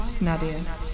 Nadia